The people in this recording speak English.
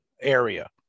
area